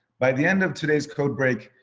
by the end of today's code break,